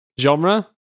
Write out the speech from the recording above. Genre